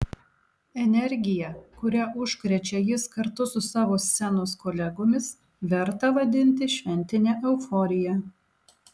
energija kuria užkrečia jis kartu su savo scenos kolegomis verta vadintis šventine euforija